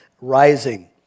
rising